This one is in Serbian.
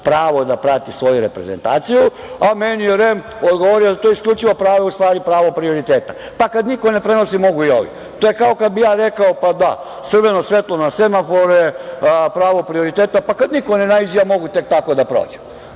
prava da prati svoju reprezentaciju, a meni je REM odgovorio da je isključivo pravo u stvari pravo prioriteta, pa kada niko ne prenosi, mogu i ovi. To je kao kada bih rekao – pa da, crveno svetlo na semaforu, pravo prioriteta pa kada niko ne naiđe, mogu tek tako da prođem,